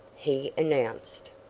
he announced.